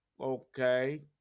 Okay